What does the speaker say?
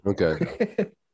okay